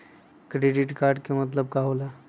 Credit card के मतलब का होकेला?